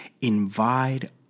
Invite